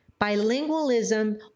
Bilingualism